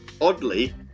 oddly